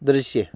दृश्य